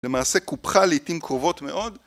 למעשה קופחה לעיתים קרובות מאוד